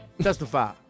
testify